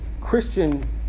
Christian